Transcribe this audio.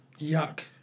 yuck